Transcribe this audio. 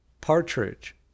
partridge